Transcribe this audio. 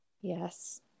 Yes